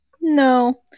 no